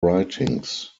writings